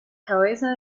cabeza